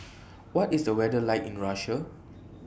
What IS The weather like in Russia